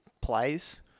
plays